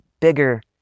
bigger